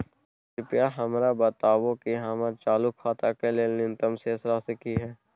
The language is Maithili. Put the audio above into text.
कृपया हमरा बताबू कि हमर चालू खाता के लेल न्यूनतम शेष राशि की हय